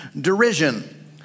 derision